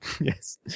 Yes